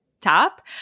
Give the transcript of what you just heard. top